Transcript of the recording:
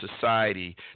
society